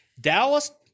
Dallas